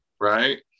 right